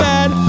Bad